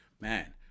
man